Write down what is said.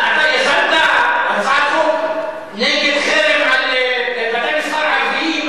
אתה יזמת הצעת חוק נגד חרם על בתי-מסחר ערביים?